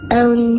own